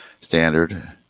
standard